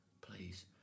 please